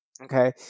Okay